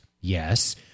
Yes